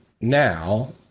Now